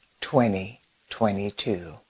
2022